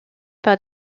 par